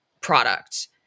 product